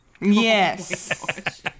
Yes